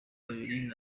babiri